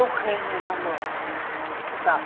ꯇꯣꯛꯈ꯭ꯔꯦꯅꯦ ꯅꯪꯕꯣ ꯏꯄꯥ